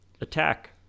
Attack